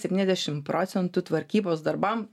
septyniasdešimt procentų tvarkybos darbam